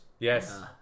yes